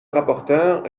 rapporteur